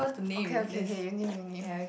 okay okay okay you name you name